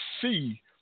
see